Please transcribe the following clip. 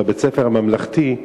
בבית-ספר הממלכתי.